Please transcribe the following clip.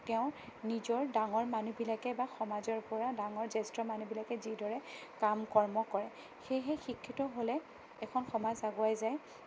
তেওঁৰ নিজৰ ডাঙৰ মানুহবিলাকে বা সমাজৰ পৰা ডাঙৰ জেষ্ঠ্য় মানুহবিলাকে কাম কৰ্ম কৰে সেয়েহে শিক্ষিত হ'লে এখন সমাজ আগুৱাই যায়